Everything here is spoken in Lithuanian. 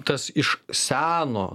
tas iš seno